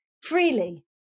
freely